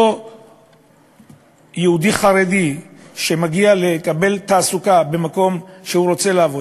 אותו יהודי חרדי שמגיע לקבל תעסוקה במקום שבו הוא רוצה לעבוד,